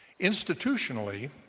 Institutionally